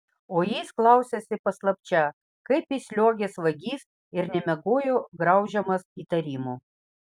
o jis klausėsi paslapčia kaip įsliuogęs vagis ir nemiegojo graužiamas įtarimų